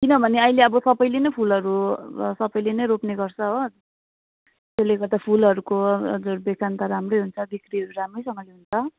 किनभने अहिले अब सबैले नै फुलहरू सबैले नै रोप्ने गर्छ हो त्यसले गर्दा फुलहरूको हजुर बेचन त राम्रै हुन्छ बिक्रीहरू राम्रै सँगले हुन्छ